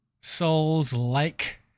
Souls-like